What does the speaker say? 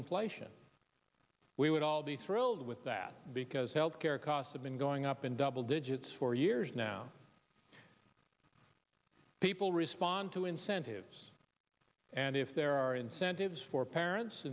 inflation we would all be thrilled with that because health care costs have been going up in double digits for years now people respond to incentives and if there are incentives for parents